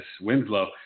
Winslow